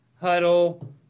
Huddle